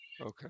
Okay